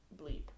bleep